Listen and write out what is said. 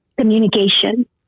communication